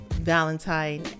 Valentine